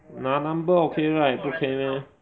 拿 number okay right 不可以 meh